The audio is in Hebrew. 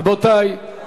רבותי,